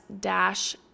dash